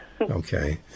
Okay